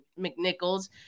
McNichols